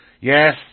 Yes